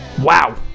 wow